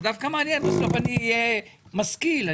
מעניין דווקא, בסוף אהיה משכיל.